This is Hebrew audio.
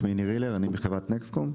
שמי ניר הילר, אני מחברת נקסטקום.